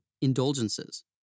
indulgences